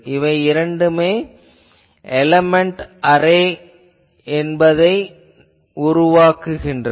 இவை இரண்டு element array என்பதை உருவாக்குகின்றன